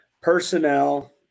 personnel